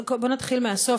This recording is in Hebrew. בוא נתחיל מהסוף.